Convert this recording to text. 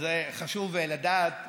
וזה חשוב לדעת,